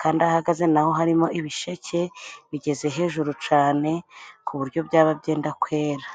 kandi aho ahagaze naho harimo ibisheke bigeze hejuru cane, ku buryo byaba byenda kwera.